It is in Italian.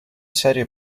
serie